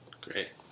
Great